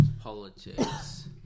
politics